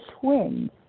twins